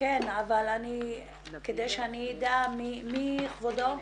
מי כבודו?